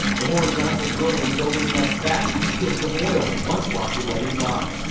the horizontal drilling is opening up vast fields of oil once locked away in rock.